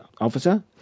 Officer